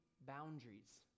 boundaries